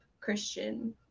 christian